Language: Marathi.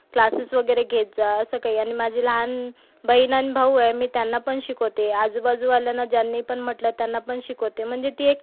क्लासेस वगैरे घेत जा असं काही आणि माझी लहान बहीण आणि भाऊ आहे मी त्यांना पण शिकवते आजूबाजूवाल्यांना ज्यांनी पण म्हटलं त्यांना पण शिकवते म्हणजे ती एक